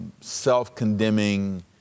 self-condemning